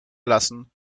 lassen